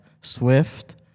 Swift